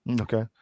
Okay